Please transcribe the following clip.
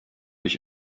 ich